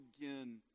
again